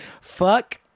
fuck